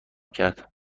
کرد